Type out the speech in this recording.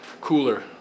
cooler